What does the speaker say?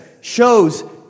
shows